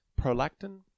prolactin